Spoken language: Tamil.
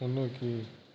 முன்னோக்கி